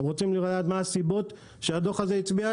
אתם רוצים לדעת מה הסיבות שעליהן הצביע הדוח הזה?